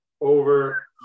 over